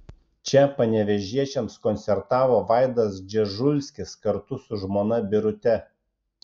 čia panevėžiečiams koncertavo vaidas dzežulskis kartu su žmona birute